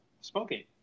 Smoking